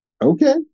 Okay